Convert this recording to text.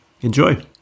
Enjoy